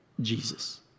Jesus